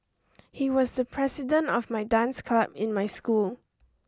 he was the president of my dance club in my school